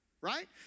right